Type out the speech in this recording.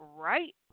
right